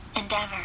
Endeavor